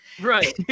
Right